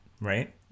Right